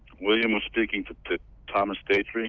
william was speaking to to thomas datre.